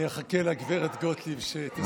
אני אחכה שהגברת גוטליב תסיים.